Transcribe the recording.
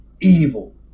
evil